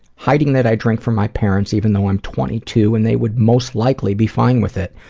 hiding that i drink from my parents even though i'm twenty-two and they would most likely be fine with it.